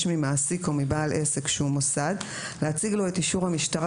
ממעסיק או מבעל עסק שהוא מוסד להציג לו את אישור המשטרה